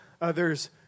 others